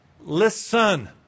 Listen